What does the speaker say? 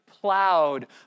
plowed